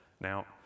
Now